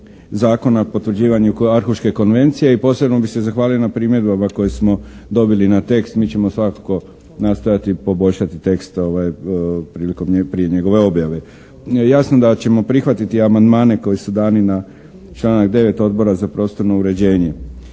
Zakona o potvrđivanju arhuške konvencije i posebno bih se zahvalio na primjedbama koje smo dobili na tekst, mi ćemo svakako nastojati poboljšati tekst prilikom, prije njegove objave. Jasno da ćemo prihvatiti amandmane koji su dani na članak 9. Odbora za prostorno uređenje.